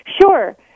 Sure